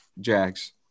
Jags